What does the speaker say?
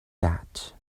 that